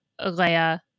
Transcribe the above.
Leia